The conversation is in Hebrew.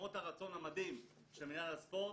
למרות הרצון המדהים של מינהל הספורט,